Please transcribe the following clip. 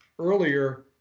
Earlier